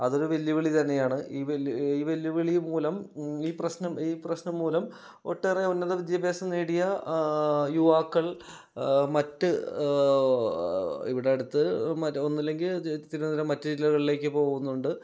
അതൊരു വെല്ലുവിളി തന്നെയാണ് ഈ വെല്ലു ഈ വെല്ലുവിളി മൂലം ഈ പ്രശ്നം ഈ പ്രശ്നം മൂലം ഒട്ടേറെ ഉന്നത വിദ്യാഭ്യാസം നേടിയ യുവാക്കൾ മറ്റ് ഇവിടെ അടുത്ത് ഒന്നുമല്ലെങ്കിൽ തിരുവനന്തപുരം മറ്റു ജില്ലകളിലേക്ക് പോകുന്നുണ്ട്